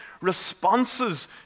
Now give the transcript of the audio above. responses